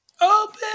Open